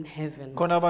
heaven